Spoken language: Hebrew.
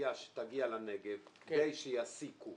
תעשייה שתגיע לנגב כדי שיעסיקו